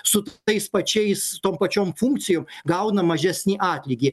su tais pačiais tom pačiom funkcijom gauna mažesnį atlygį